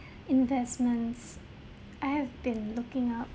investments I have been looking up